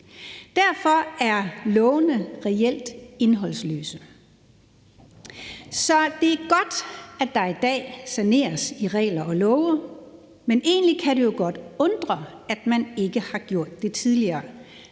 Derfor er lovene reelt indholdsløse. Så det er godt, at der i dag saneres i regler og love, men egentlig kan det jo godt undre, at man ikke har gjort det tidligere.